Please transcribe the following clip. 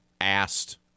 asked